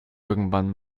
irgendwann